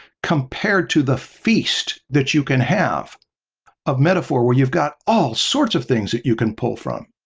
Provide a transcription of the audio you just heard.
compared to the feast that you can have of metaphor where you've got all sorts of things that you can pull from.